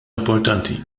importanti